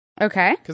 Okay